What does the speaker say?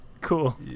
Cool